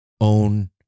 own